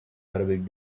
arabic